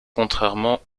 contrairement